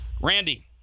Randy